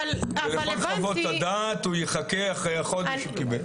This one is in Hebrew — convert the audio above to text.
ולכל חוות הדעת הוא יחכה אחרי החודש שהוא קיבל.